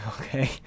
okay